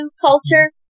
culture